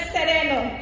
Sereno